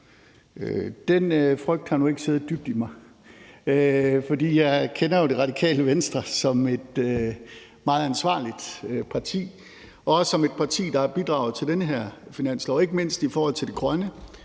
Den frygt har nu ikke siddet dybt i mig, for jeg kender jo De Radikale som et meget ansvarligt parti og også som et parti, der har bidraget til den her finanslov, ikke mindst i forhold til det grønne,